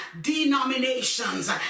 denominations